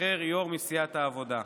ייבחר יושב-ראש מסיעת העבודה.